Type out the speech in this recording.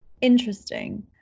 interesting